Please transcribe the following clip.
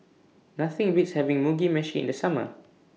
Nothing Beats having Mugi Meshi in The Summer